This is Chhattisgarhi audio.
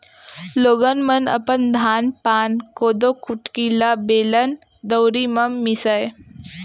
लोगन मन अपन धान पान, कोदो कुटकी ल बेलन, दउंरी म मीसय